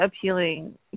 appealing